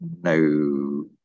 no